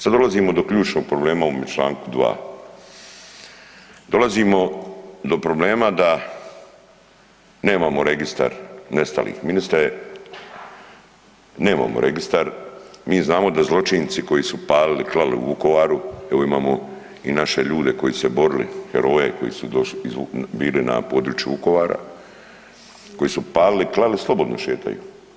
Sad dolazimo do ključnog problema u članku 2. Dolazimo do problema da nemamo Registar nestalih, ministre nemamo registar, mi znamo da zločinci koji su palili, klali u Vukovaru, evo imamo i naše ljude koji su se borili, heroje, koji su bili na području Vukovara, koji su palili, klali, slobodno šetaju.